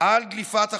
על דליפת החומצה.